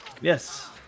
Yes